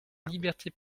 libertés